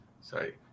Sorry